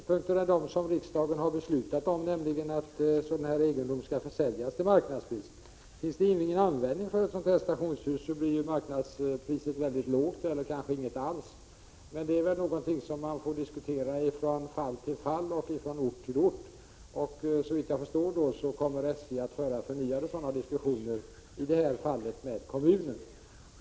Fru talman! Jag har inga andra synpunkter än vad riksdagen hade när den beslutade att sådana här byggnader skall försäljas till marknadspriser. Finns det ingen användning för ett stationshus, blir marknadspriset givetvis mycket lågt eller kanske inget alls. Men det är någonting som man får diskutera från fall till fall och från ort till ort. Såvitt jag förstår kommer SJ i detta fall att föra ytterligare diskussioner med kommunen.